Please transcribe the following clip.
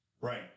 Right